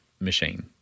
machine